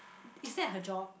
is that her job